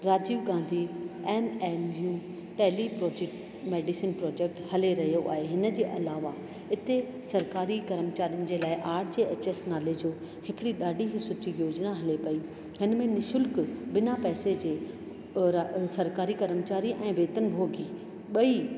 Rajiv Gandhi M M U tele project medicine project हली रहियो आहे हिन जे अलावा इते सरकारी कर्मचारियुनि जे लाइ आर जे एच एस नाले जो हिकिड़ी ॾाढी ई सुठी योजना हले पई हिन में निःशुल्क बिना पैसे जे और सरकारी कर्मचारी ऐं वेतन भोगी ॿई